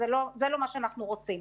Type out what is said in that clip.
וזה לא מה שאנחנו רוצים.